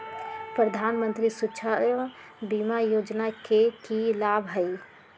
प्रधानमंत्री सुरक्षा बीमा योजना के की लाभ हई?